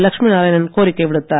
லட்சுமி நாராயணன் கோரிக்கை விடுத்தார்